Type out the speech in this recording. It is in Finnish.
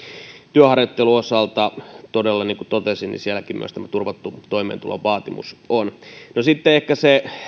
työharjoittelun osalta todella niin kuin totesin sielläkin myös tämä turvatun toimeentulon vaatimus on sitten ehkä se